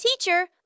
Teacher